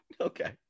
Okay